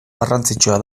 garrantzitsua